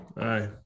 aye